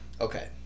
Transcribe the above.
Okay